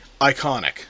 iconic